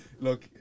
Look